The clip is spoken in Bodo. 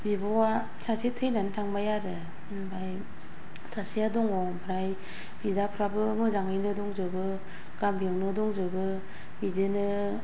बिब'आ सासे थैनानै थांबाय आरो ओमफ्राय सासेआ दङ ओमफ्राय बिदाफोराबो मोजाङैनो दंजोबो गामिआवनो दंजोबो बिदिनो